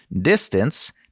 distance